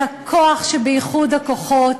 על הכוח שבאיחוד הכוחות.